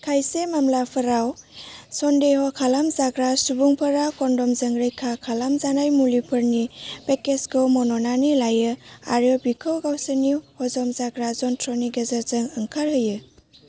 खायसे मामलाफोराव सन्देह खालामजाग्रा सुबुंफोरा कन्डमजों रैखा खालामजानाय मुलिफोरनि पैकेजखौ मन'नानै लायो आरो बिखौ गावसोरनि हजमजाग्रा जनथ्रनि गेजेरजों ओंखारहोयो